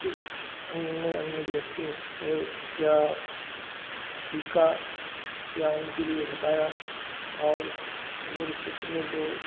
कि अन्न अन्न व्यक्तियों से क्या हाँ सीख क्या उनके लिए बताया और मेरे क्षेत्र में जो